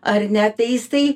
ar ne tai jisai